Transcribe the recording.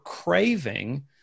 Craving